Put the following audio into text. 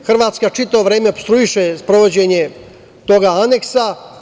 Hrvatska čitavo vreme opstruiše sprovođenje toga aneksa.